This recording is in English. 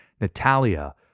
Natalia